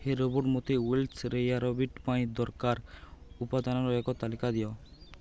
ହେ robot ମୋତେ Welsh rarebit ପାଇଁ ଦରକାର ଉପାଦାନର ଏକ ତାଲିକା ଦିଅ